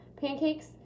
pancakes